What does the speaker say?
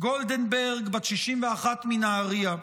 בת 61, מנהריה,